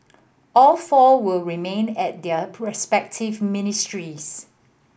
all four will remained at their respective ministries